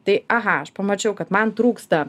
tai aha aš pamačiau kad man trūksta